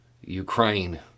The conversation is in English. Ukraine